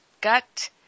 gut